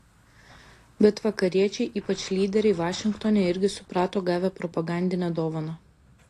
bet vakariečiai ypač lyderiai vašingtone irgi suprato gavę propagandinę dovaną